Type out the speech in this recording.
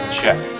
check